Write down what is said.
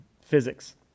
physics